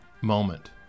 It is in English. moment